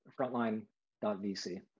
frontline.vc